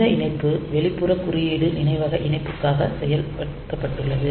இந்த இணைப்பு வெளிப்புற குறியீடு நினைவக இணைப்புக்காகச் செய்யப்பட்டுள்ளது